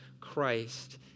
Christ